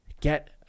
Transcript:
get